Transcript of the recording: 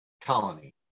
colony